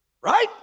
Right